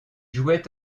jouait